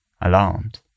Alarmed